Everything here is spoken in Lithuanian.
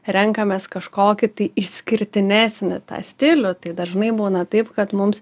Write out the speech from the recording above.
renkamės kažkokį tai išskirtinesnį tą stilių tai dažnai būna taip kad mums